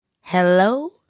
Hello